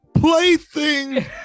plaything